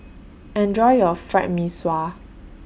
Enjoy your Fried Mee Sua